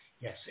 yes